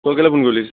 তই কেলে ফোন কৰিলি